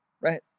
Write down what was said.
right